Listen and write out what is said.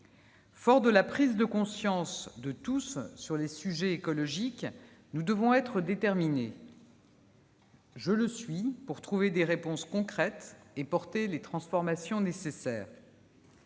Forts de la prise de conscience de tous sur les sujets écologiques, nous devons être déterminés. Je le suis, pour trouver des réponses concrètes et réaliser les transformations nécessaires.